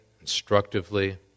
instructively